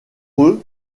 eux